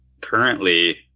currently